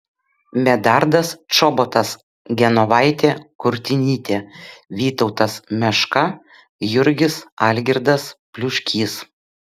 medardas čobotas genovaitė kurtinytė vytautas meška jurgis algirdas pliuškys